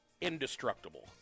indestructible